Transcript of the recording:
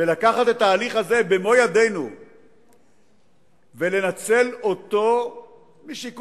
ולקחת את ההליך הזה במו ידינו ולנצל אותו משיקולים,